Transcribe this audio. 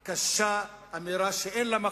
קשה, אמירה שאין לה מקום,